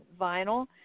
vinyl